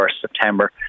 September